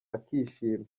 akishima